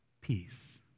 Peace